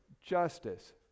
justice